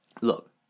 look